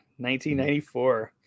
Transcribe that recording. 1994